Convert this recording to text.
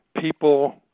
People